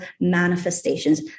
manifestations